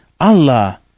Allah